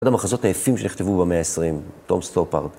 אחד המחזות היפים שנכתבו במאה ה-20, תום סטופארד.